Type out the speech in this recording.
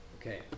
Okay